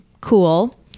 Cool